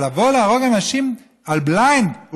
אבל לבוא להרוג אנשים על בליינד?